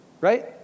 right